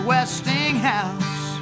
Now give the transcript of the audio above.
Westinghouse